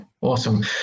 Awesome